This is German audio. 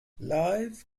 live